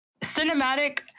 cinematic